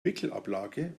wickelablage